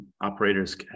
operators